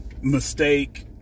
Mistake